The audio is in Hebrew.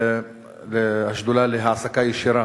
השדולה להעסקה ישירה,